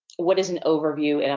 what is an overview. and,